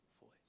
voice